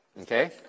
Okay